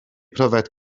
pryfed